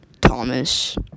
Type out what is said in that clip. Thomas